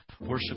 worship